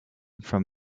from